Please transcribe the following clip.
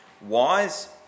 wise